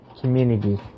community